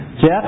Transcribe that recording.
Jeff